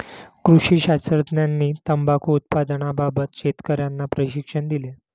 कृषी शास्त्रज्ञांनी तंबाखू उत्पादनाबाबत शेतकर्यांना प्रशिक्षण दिले